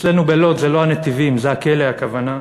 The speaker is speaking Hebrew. אצלנו בלוד זה לא הנתיבים, זה הכלא, הכוונה,